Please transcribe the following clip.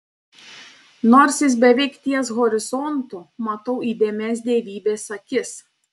nors jis beveik ties horizontu matau įdėmias dievybės akis